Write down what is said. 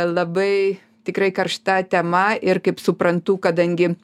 labai tikrai karšta tema ir kaip suprantu kadangi